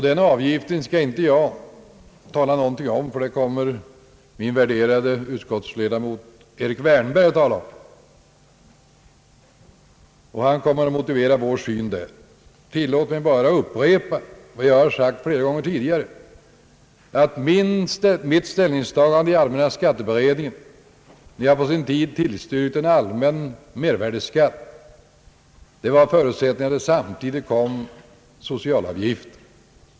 Den avgiften skall inte jag tala om därför att det kommer min värderade utskottskollega, herr Erik Wärnberg, att göra. Han kommer att motivera vår inställning. Tillåt mig bara upprepa vad jag har sagt flera gånger tidigare, att mitt ställningstagande i den allmänna skatteberedningen när jag på sin tid tillstyrkte en allmän mervärdeskatt var förutsättningen att socialavgiften kom samtidigt.